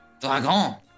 Dragon